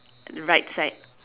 right side